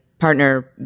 partner